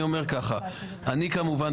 אני אצביע.